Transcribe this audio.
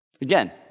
Again